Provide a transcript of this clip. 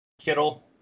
Kittle